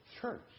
church